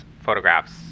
photographs